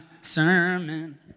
sermon